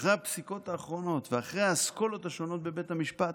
אחרי הפסיקות האחרונות ואחרי האסכולות השונות בבית המשפט,